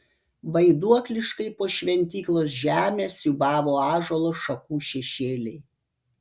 vaiduokliškai po šventyklos žemę siūbavo ąžuolo šakų šešėliai